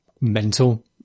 mental